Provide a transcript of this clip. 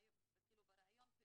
ברעיון,